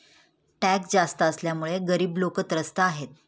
tax जास्त असल्यामुळे गरीब लोकं त्रस्त आहेत